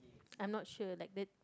I'm not sure like the